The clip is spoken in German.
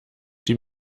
die